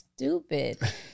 stupid